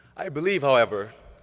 i believe, however,